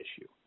issue